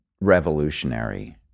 revolutionary